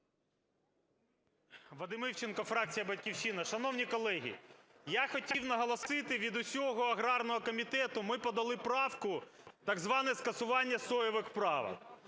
Вадим Івченко, фракція "Батьківщина". Шановні колеги, я хотів наголосити, від усього аграрного комітету ми подали правку - так зване скасування "соєвих правок".